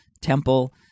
temple